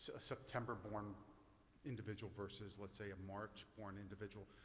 a september born individual versus let's say a march born individual.